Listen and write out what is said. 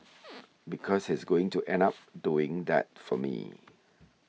because he's going to end up doing that for me